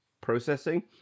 processing